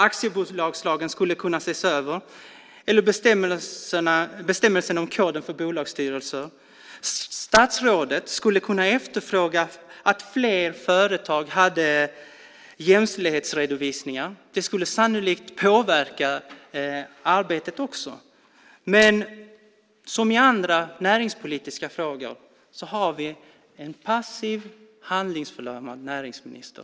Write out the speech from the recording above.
Aktiebolagslagen skulle kunna ses över, liksom bestämmelserna i koden för bolagsstyrelser. Statsrådet skulle kunna efterfråga att fler företag hade jämställdhetsredovisningar. Det skulle sannolikt påverka arbetet. Men som i andra näringspolitiska frågor har vi en passiv, handlingsförlamad näringsminister.